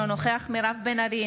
אינו נוכח מירב בן ארי,